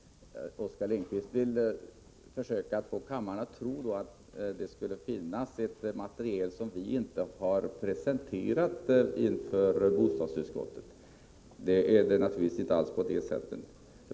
Herr talman! Oskar Lindkvist vill försöka få kammaren att tro att det skulle finnas ett material som vi inte har presenterat inför bostadsutskottet. Det är naturligtvis inte alls på det sättet.